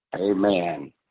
Amen